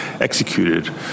executed